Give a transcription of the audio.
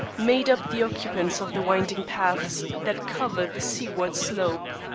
made up the occupants of the winding paths that cover the seaward slope.